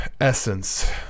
essence